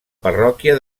parròquia